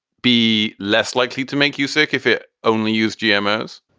be less likely to make you sick if it only used jemez?